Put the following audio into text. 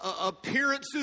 appearances